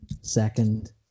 second